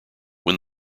when